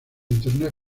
internet